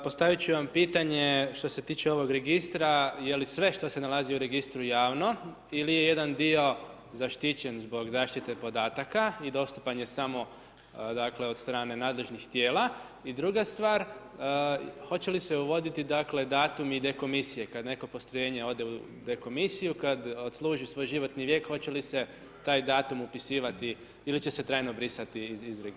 Postavit ću vam pitanje što se tiče ovog registra, je li sve što se nalazi u registru javno ili je jedan dio zaštićen zbog zaštite podataka i dostupan je samo od strane nadležnih tijela i druga stvar hoće li se uvoditi datumi dekomisije, kada neko postrojenje ode u dekomisiju, kada odsluži svoj životni vijek, hoće li se taj datum upisivati ili će se trajno brisati iz registra.